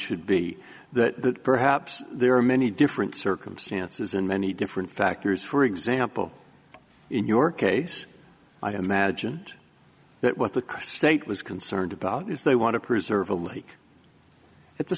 should be that perhaps there are many different circumstances and many different factors for example in your case i imagine that what the state was concerned about is they want to preserve a lake at the